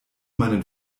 meinen